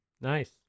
Nice